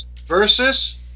versus